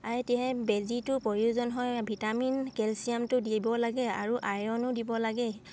বেজীটো প্ৰয়োজন হয় ভিটামিন কেলছিয়ামটো দিব লাগে আৰু আইৰণো দিব লাগে